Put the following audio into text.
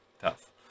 tough